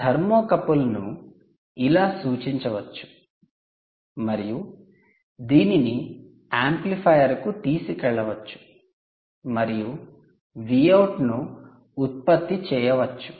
థర్మోకపుల్ను ఇలా సూచించవచ్చు మరియు దీనిని యాంప్లిఫైయర్ కు తీసుకెళ్లవచ్చు మరియు Vout ను ఉత్పత్తి చేయవచ్చు